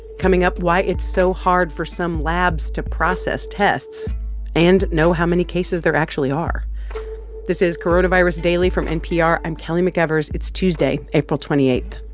coming up, why it's so hard for some labs to process tests and know how many cases there actually are this is coronavirus daily from npr. i'm kelly mcevers. it's tuesday, april twenty eight